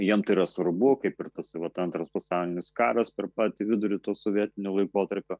jiem yra svarbu kaip ir tas vat antras pasaulinis karas per patį vidurį to sovietiniu laikotarpio